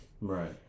Right